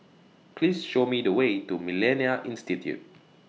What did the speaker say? Please Show Me The Way to Millennia Institute